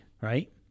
right